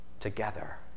together